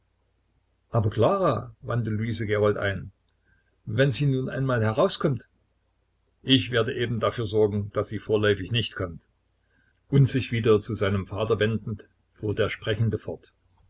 aber klara wandte luise gerold ein wenn sie nun einmal herauskommt ich werde eben dafür sorgen daß sie vorläufig nicht kommt und sich wieder zu seinem vater wendend fuhr der sprechende fort